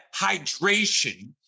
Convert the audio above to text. hydration